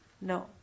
No